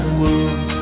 world